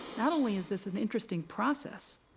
not only is this an interesting process,